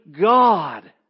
God